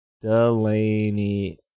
Delaney